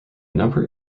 number